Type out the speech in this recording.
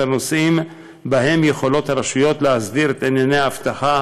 הנושאים שבהם הרשויות יכולות להסדיר את ענייני האבטחה,